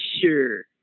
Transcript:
sure